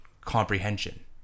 comprehension